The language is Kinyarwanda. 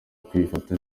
kwifata